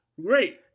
Great